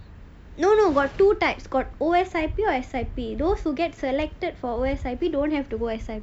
no no got two types got O_S_I_P and S_I_P those who get selected for O_S_I_P don't have to go for S_I_P